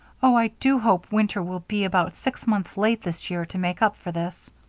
oh, i do hope winter will be about six months late this year to make up for this.